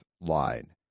line